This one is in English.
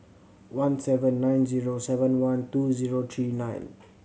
one seven nine zero seven one two zero three nine